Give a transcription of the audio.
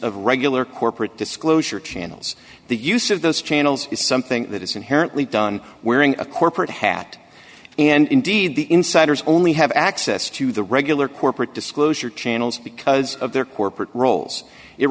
of regular corporate disclosure channels the use of those channels is something that is inherently done wearing a corporate hat and indeed the insiders only have access to the regular corporate disclosure channels because of their corporate roles it